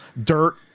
dirt